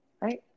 Right